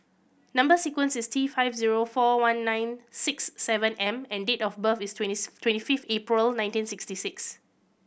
number sequence is T five zero four one nine six seven M and date of birth is twenty twenty fifth April nineteen sixty six